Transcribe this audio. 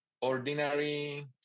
ordinary